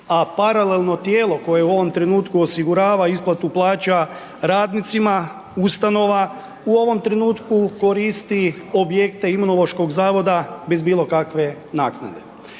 a paralelno tijelo koje u ovom trenutku osigurava isplatu plaća radnicima, ustanova u ovom trenutku koristi objekte Imunološkog zavoda bez bilo kakve naknade.